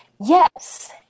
Yes